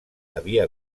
havia